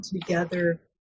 together